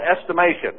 estimation